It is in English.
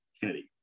Kennedy